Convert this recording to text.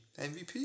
MVP